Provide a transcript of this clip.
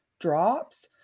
drops